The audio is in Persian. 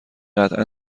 قطعا